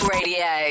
Radio